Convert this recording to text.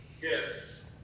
Yes